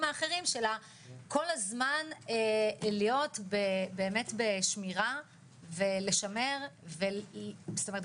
האחרים שכל הזמן להיות בשמירה ולשמר וזאת אומרת,